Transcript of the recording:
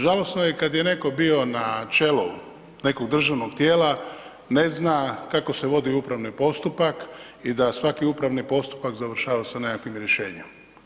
Žalosno je kad je netko bio na čelu nekog državnog tijela, ne zna kako se vodi upravni postupak i da svaki upravni postupak završava sa nekakvim rješenjem.